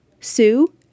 sue